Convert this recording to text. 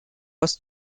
aus